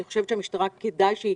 שאני חושבת שכדאי שהמשטרה